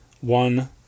One